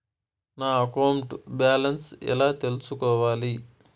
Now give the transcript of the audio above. నా account balance ఎలా తెల్సుకోవాలి